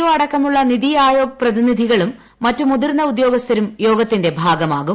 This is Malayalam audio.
ഒ അടക്കമുള്ള നിതി ആയോഗ് പ്രതിനിധികളും മറ്റ് മുതിർന്ന ഉദ്യോഗസ്ഥരും യോഗത്തിന്റെ ഭാഗമാകും